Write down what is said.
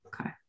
Okay